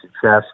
Success